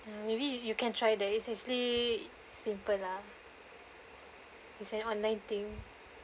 uh maybe you can try that it's actually simple lah it's an online thing